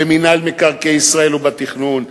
במינהל מקרקעי ישראל ובתכנון,